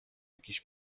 jakiś